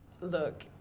look